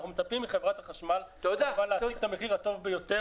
אנחנו מצפים מחברת החשמל להשיג את המחיר הטוב ביותר